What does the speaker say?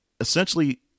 essentially